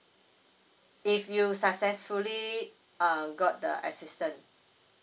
if you successfully err got the assistance